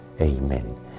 Amen